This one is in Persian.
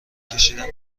کشیدند